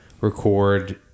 record